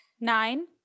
Nine